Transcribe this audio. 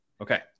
Okay